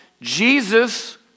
Jesus